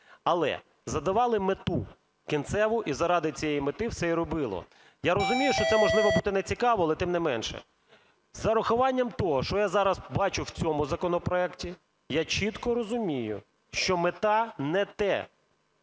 Але задавали мету кінцеву і заради цієї мети все й робило. Я розумію, що це, можливо, буде не цікаво, але тим не менше з урахуванням того, що я зараз бачу в цьому законопроекті, я чітко розумію, що мета – не те,